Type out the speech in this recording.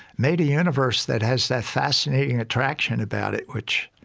made a universe that has that fascinating attraction about it. which,